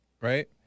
right